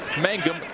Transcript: Mangum